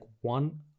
one